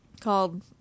called